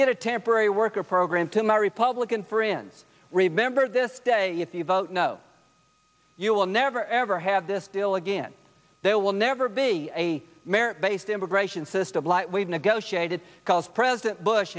we a temporary worker program to my republican friends remember this day if you vote no you will never ever have this deal again there will never be a merit based immigration system like we've negotiated because president bush